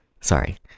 Sorry